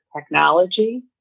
technology